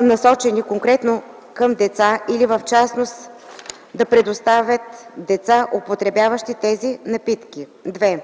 насочени конкретно към деца или, в частност, да представят деца, употребяващи тези напитки; 2.